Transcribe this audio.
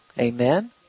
Amen